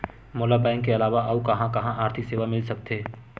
मोला बैंक के अलावा आऊ कहां कहा आर्थिक सेवा मिल सकथे?